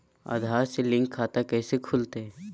आधार से लिंक खाता कैसे खुलते?